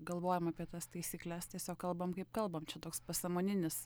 galvojam apie tas taisykles tiesiog kalbam kaip kalbam čia toks pasąmoninis